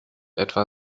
etwa